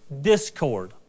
discord